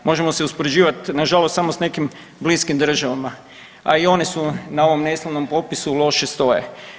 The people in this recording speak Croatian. Možemo se uspoređivati na žalost samo sa nekim bliskim državama, a i one su na ovom neslavnom popisu loše stoje.